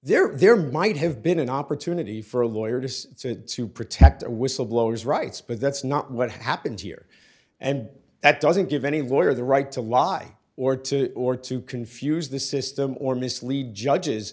there there might have been an opportunity for a lawyer to say it to protect whistleblowers rights but that's not what happened here and that doesn't give any lawyer the right to lie or to or to confuse the system or mislead judges